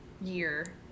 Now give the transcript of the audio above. year